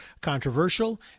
controversial